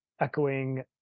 echoing